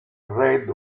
red